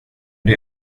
det